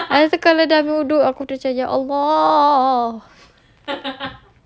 ya and then kalau tak bodoh aku macam ya allah